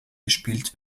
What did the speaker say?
gespielt